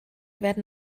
werden